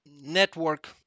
network